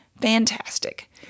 Fantastic